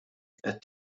qed